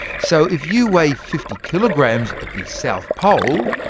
so if you weigh fifty kilograms at the south pole,